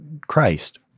Christ